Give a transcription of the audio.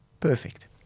perfect